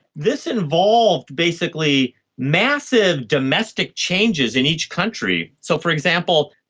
this involved basically massive domestic changes in each country. so, for example,